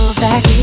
back